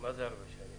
מה זה הרבה שנים?